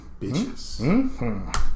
bitches